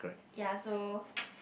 ya so